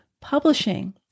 publishing